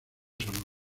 sonoro